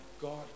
God